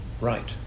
right